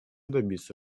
добиться